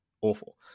awful